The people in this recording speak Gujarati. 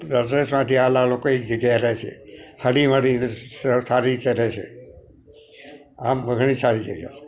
પ્રદેશમાંથી આવેલા લોકો એક જગ્યાએ રહે છે હળીમળીને સ સારી રીતે રહે છે આમ ઘણી સારી જગ્યા છે